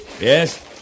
Yes